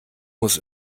muss